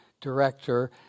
director